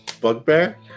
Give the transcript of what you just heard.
bugbear